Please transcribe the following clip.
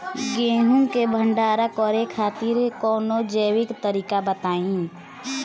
गेहूँ क भंडारण करे खातिर कवनो जैविक तरीका बताईं?